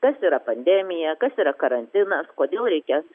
kas yra pandemija kas yra karantinas kodėl reikės